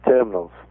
terminals